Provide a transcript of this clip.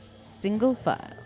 Single-file